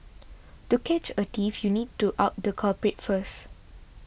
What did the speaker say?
to catch a thief you need to out the culprit first